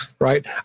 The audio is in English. right